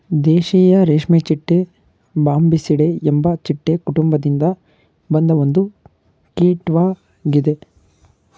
ದೇಶೀಯ ರೇಷ್ಮೆಚಿಟ್ಟೆ ಬಾಂಬಿಸಿಡೆ ಎಂಬ ಚಿಟ್ಟೆ ಕುಟುಂಬದಿಂದ ಬಂದ ಒಂದು ಕೀಟ್ವಾಗಿದೆ